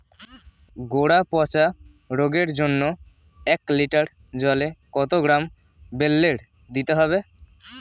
গোড়া পচা রোগের জন্য এক লিটার জলে কত গ্রাম বেল্লের দিতে হবে?